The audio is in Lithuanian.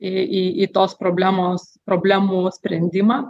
į į į tos problemos problemų sprendimą